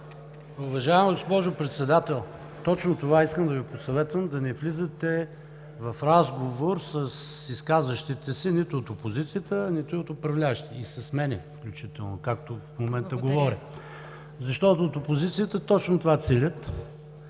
Уважаема госпожо Председател, точно това искам да Ви посъветвам – да не влизате в разговор с изказващите се, нито от опозицията, нито от управляващите, и с мен, както говоря в момента. Защото от опозицията точно това целят.